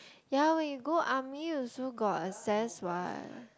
ya when you go army also got assess what